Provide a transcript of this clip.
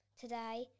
today